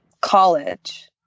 college